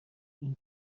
اینکه